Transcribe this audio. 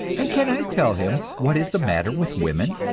and can i tell him what is the matter with women?